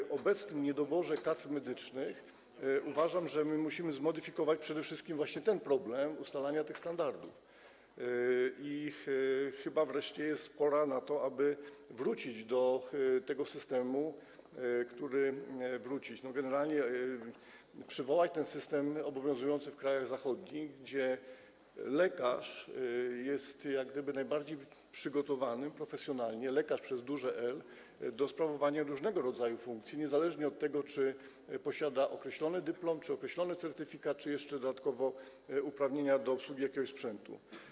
Przy obecnym niedoborze kadr medycznych uważam, że musimy zmodyfikować przede wszystkim właśnie problem ustalania tych standardów i chyba wreszcie jest pora na to, aby wrócić do tego systemu, który... generalnie przywołać system obowiązujący w krajach zachodnich, gdzie lekarz jest najbardziej przygotowany profesjonalnie - lekarz przez duże „L” - do sprawowania różnego rodzaju funkcji, niezależnie od tego, czy posiada określony dyplom, czy określony certyfikat, czy jeszcze dodatkowo uprawnienia do obsługi jakiegoś sprzętu.